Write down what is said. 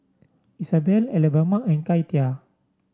Isabell Alabama and Katia